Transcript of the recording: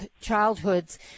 childhoods